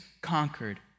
conquered